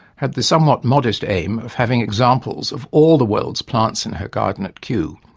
had the somewhat modest aim of having examples of all the world's plants in her garden at kew,